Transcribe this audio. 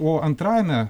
o antrajame